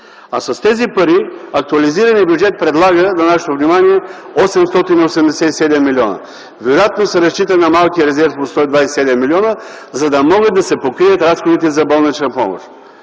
а с тези пари актуализираният бюджет предлага на нашето внимание 887 млн. лв. Вероятно се разчита на малкия резерв от 127 млн. лв., за да могат да се покрият разходите за болнична помощ.